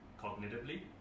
cognitively